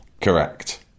Correct